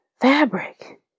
fabric